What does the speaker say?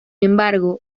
embargo